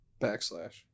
backslash